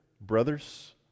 brothers